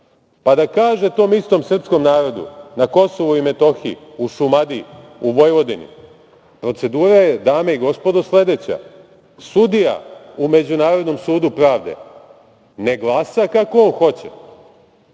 pa da kaže tom istom srpskom narodu na Kosovu i Metohiji, u Šumadiji, u Vojvodini - procedura je dame i gospodo sledeća, sudija u Međunarodnom sudu pravde ne glasa kako on hoće,